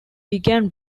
began